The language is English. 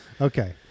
Okay